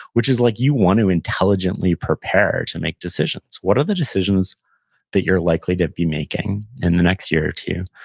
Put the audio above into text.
which is like, you wanna intelligently prepare to make decisions. what are the decisions that you're likely to be making in the next year or two?